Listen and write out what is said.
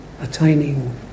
attaining